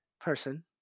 person